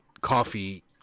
coffee